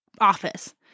office